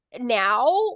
now